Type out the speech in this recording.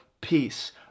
peace